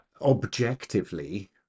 objectively